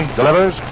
delivers